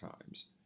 times